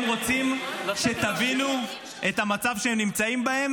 הם רוצים שתבינו את המצב שהם נמצאים בו.